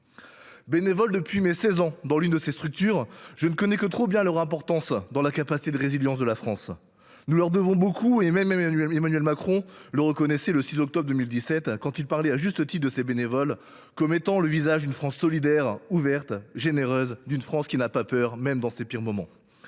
bénévole depuis mes 16 ans dans l’une de ces associations, je ne connais que trop bien leur importance dans la capacité de résilience de la France. Nous leur devons beaucoup. Emmanuel Macron l’a d’ailleurs reconnu le 6 octobre 2017, quand il a considéré à juste titre que ces bénévoles « incarn[aient] le visage d’une France solidaire, ouverte, généreuse, d’une France qui n’a pas peur, même dans ces pires moments